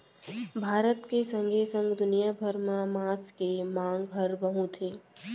भारत के संगे संग दुनिया भर म मांस के मांग हर बहुत हे